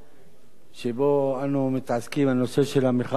שבו אנו מתעסקים, הנושא של המחאה החברתית,